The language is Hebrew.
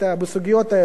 ברגע שיש חוק,